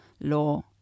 law